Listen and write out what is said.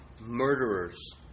murderers